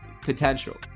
potential